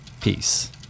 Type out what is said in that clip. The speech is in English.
Peace